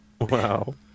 Wow